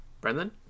Brendan